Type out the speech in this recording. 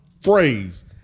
phrase